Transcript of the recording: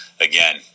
again